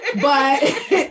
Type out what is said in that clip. But-